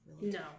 No